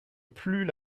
plus